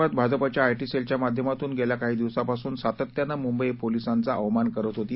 कंगना राणावत भाजपाच्या आयटी सेलच्या माध्यमातून गेल्या काही दिवसांपासून सातत्यानं मुंबई पोलिसांचा अवमान करत होती